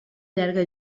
llarga